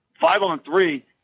five-on-three –